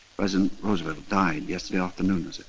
president roosevelt died yesterday afternoon,